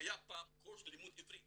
היה פעם קורס ללימוד עברית